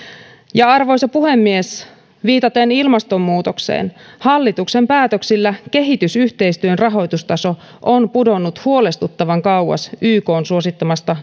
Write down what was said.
arvoisa puhemies viitaten ilmastonmuutokseen hallituksen päätöksillä kehitysyhteistyön rahoitustaso on pudonnut huolestuttavan kauas ykn suosittamasta